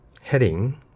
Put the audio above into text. heading